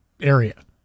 area